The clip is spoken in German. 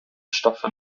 stoffe